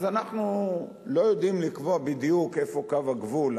אז אנחנו לא יודעים לקבוע בדיוק איפה קו הגבול,